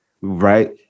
right